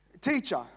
teacher